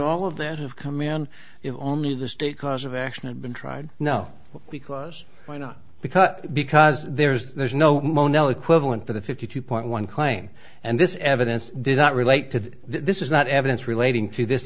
all of that of command only the state cause of action had been tried no because why not because because there's there's no mono equivalent to the fifty two point one claim and this evidence did not relate to that this is not evidence relating to this